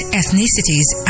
ethnicities